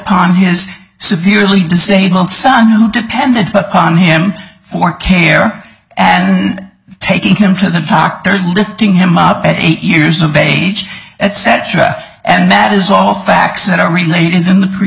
upon his severely disabled son who depended upon him for care and taking him to the doctor lifting him up at eight years of age etc and that is all facts that are related in the pre